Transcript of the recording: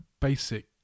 basic